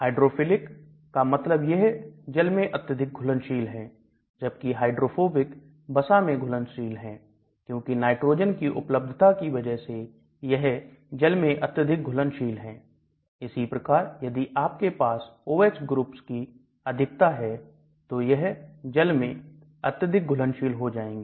hydrophilic का मतलब यह जल में अत्यधिक घुलनशील है जबकि हाइड्रोफोबिक बसा में घुलनशील हैं क्योंकि नाइट्रोजन की उपलब्धता की वजह से यह है जल में अत्यधिक घुलनशील है इसी प्रकार यदि आपके पास OH समूह की अधिकता है तो यह जल में अत्यधिक घुलनशील हो जाएगा